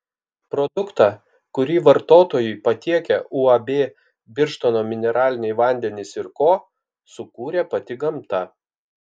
produktą kurį vartotojui patiekia uab birštono mineraliniai vandenys ir ko sukūrė pati gamta